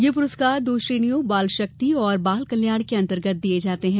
ये पुरस्कार दो श्रेणियों बाल शक्ति और बाल कल्याण के अंतर्गत दिए जाते हैं